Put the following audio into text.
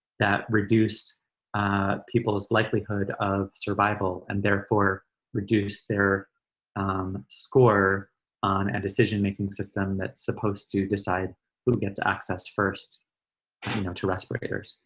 that reduce people's likelihood of survival and therefore reduce their score on a and decision making system that's supposed to decide who gets access first i mean um to respirators.